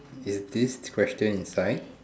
is this question inside